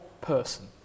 person